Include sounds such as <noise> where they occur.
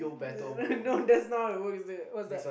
<laughs> no that's not how it works